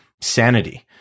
sanity